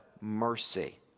mercy